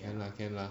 and again can lah